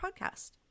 podcast